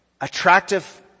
attractive